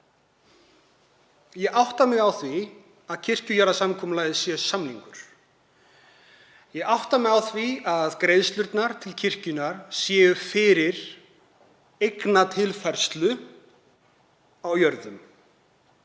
Ég átta mig á því að kirkjujarðasamkomulagið er samningur. Ég átta mig á því að greiðslurnar til kirkjunnar eru fyrir eignatilfærslu á jörðum.